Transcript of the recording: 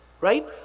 right